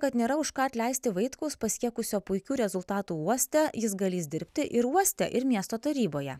kad nėra už ką atleisti vaitkaus pasiekusio puikių rezultatų uoste jis galįs dirbti ir uoste ir miesto taryboje